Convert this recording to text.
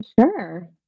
Sure